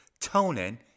...toning